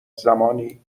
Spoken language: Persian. زمانی